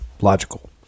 logical